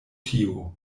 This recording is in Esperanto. tio